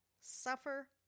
suffer